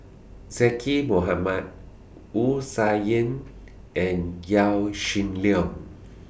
Zaqy Mohamad Wu Tsai Yen and Yaw Shin Leong